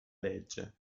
legge